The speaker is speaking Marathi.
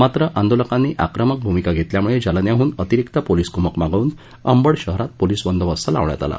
मात्र आंदोलकांनी आक्रमक भूमिका घेतल्यामुळे जालन्याहून अतिरिक्त पोलिस बल मागवून अंबड शहरात बंदोबस्त लावण्यात आला